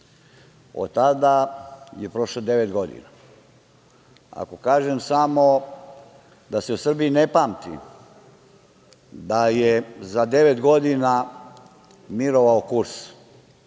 Od tada je prošlo devet godina. Ako kažem, samo da se u Srbiji ne pamti da je za devet godina mirovao kurs,